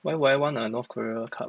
why would I want a north korea cup